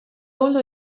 ahuldu